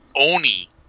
Oni